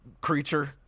creature